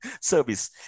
service